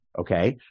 okay